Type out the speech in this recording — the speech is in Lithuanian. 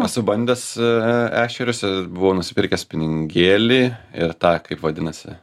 esu bandęs ešerius buvo nusipirkęs spiningėlį ir tą kaip vadinasi